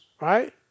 right